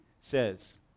says